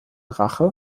rache